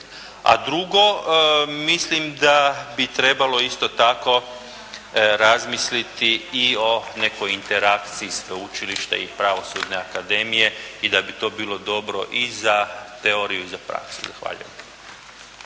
a drugo, mislim da bi trebalo isto tako razmisliti i o nekoj interakciji sveučilišta i pravosudne akademije i da bi to bilo dobro i za teoriju i za praksu. Zahvaljujem.